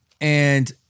And-